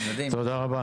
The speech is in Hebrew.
תודה רבה.